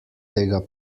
tega